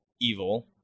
evil